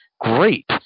great